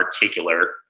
particular